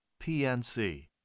PNC